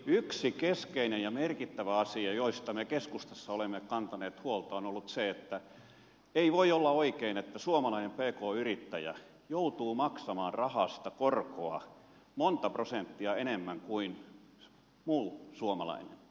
yksi keskeinen ja merkittävä asia josta me keskustassa olemme kantaneet huolta on ollut se että ei voi olla oikein että suomalainen pk yrittäjä joutuu maksamaan rahasta korkoa monta prosenttia enemmän kuin muu suomalainen